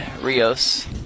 Rios